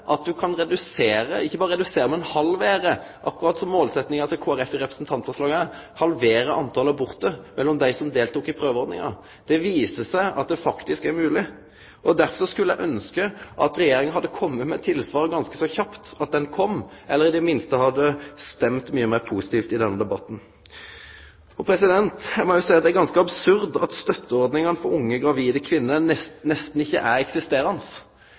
at ein ikkje berre kan redusere, men halvere – akkurat som i målsetjinga til Kristeleg Folkeparti i representantforslaget – talet på abortar hos dei som deltok i prøveordninga. Det viste seg at det faktisk er mogleg. Derfor skulle eg ønskje at Regjeringa hadde kome med eit tilsvar ganske så kjapt eller i det minste hadde stemt mykje meir positivt i denne debatten. Eg må seie at det er ganske absurd at støtteordningane for unge gravide kvinner nesten ikkje er eksisterande.